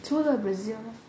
除了 brazil leh